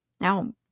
Now